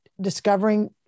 discovering